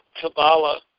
Kabbalah